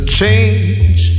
change